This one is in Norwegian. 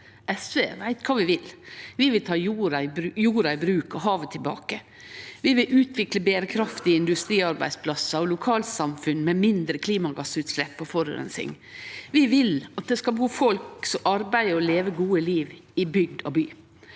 SV veit kva vi vil. Vi vil ta jorda i bruk og havet tilbake. Vi vil utvikle berekraftige industriarbeidsplassar og lokalsamfunn med mindre klimagassutslepp og forureining. Vi vil at det skal bu folk som arbeider og lever eit godt liv, i bygd og by.